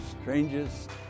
strangest